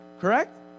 correct